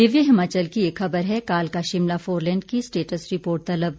दिव्य हिमाचल की एक खबर है कालका शिमला फोरलेन की स्टेटस रिपोर्ट तलब